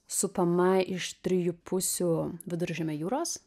supama iš trijų pusių viduržemio jūros